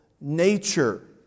nature